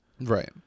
right